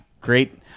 great